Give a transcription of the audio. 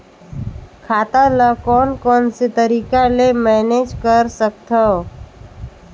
खाता ल कौन कौन से तरीका ले मैनेज कर सकथव?